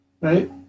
right